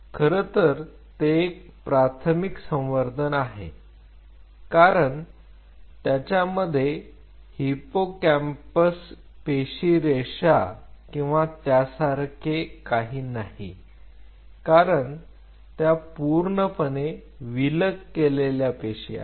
तर खरं तर ते एक प्राथमिक संवर्धन आहे कारण त्याच्यामध्ये हिपोकॅम्पस पेशी रेषा किंवा त्यासारखे काही नाही कारण त्या पूर्णपणे विलग केलेल्या पेशी आहेत